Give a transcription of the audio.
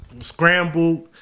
scrambled